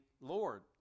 Lord